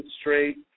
straight